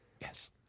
Yes